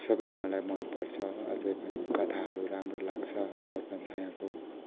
सबै मलाई मनपर्छ अझै पनि कथाहरू राम्रो लाग्छ दर्पण छायाँको